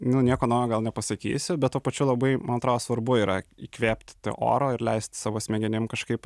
nu nieko naujo gal nepasakysiu bet tuo pačiu labai man atrodo svarbu yra įkvėpt oro ir leist savo smegenim kažkaip